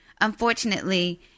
Unfortunately